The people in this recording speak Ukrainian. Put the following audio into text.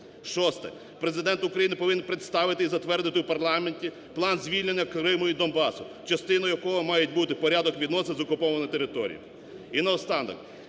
Шосте. Президент України повинен представити і затвердити у парламенті план звільнення Криму і Донбасу, частиною якого мають бути порядок відносин з окупованими територіями.